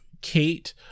Kate